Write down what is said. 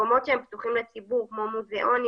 מקומות שהם פתוחים לציבור כמו מוזיאונים